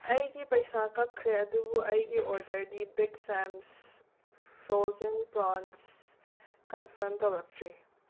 ꯑꯩꯒꯤ ꯄꯩꯁꯥ ꯀꯛꯈ꯭ꯔꯦ ꯑꯗꯨꯕꯨ ꯑꯩꯒꯤ ꯑꯣꯗꯔꯗꯤ ꯕꯤꯛ ꯁꯥꯝꯁ ꯐ꯭ꯔꯣꯖꯟ ꯄ꯭ꯔꯣꯟꯁ ꯀꯟꯐꯥꯔꯝ ꯇꯧꯔꯛꯇ꯭ꯔꯤ